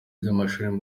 by’amashuri